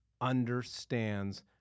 understands